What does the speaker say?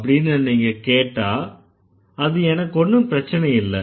அப்படின்னு நீங்க கேட்டா அது எனக்கு ஒன்னும் பிரச்சனை இல்லை